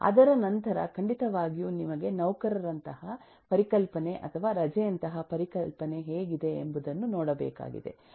ಅದರ ನಂತರ ಖಂಡಿತವಾಗಿಯೂ ನಿಮಗೆ ನೌಕರನಂತಹ ಪರಿಕಲ್ಪನೆ ಅಥವಾ ರಜೆಯಂತಹ ಪರಿಕಲ್ಪನೆ ಹೇಗಿದೆ ಎಂಬುದನ್ನು ನೋಡಬೇಕಾಗಿದೆ